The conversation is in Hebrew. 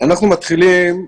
אנחנו מתחילים,